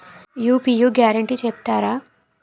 UPI guarantee చెప్తారా?